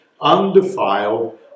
undefiled